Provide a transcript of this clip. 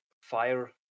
fire